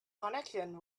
connection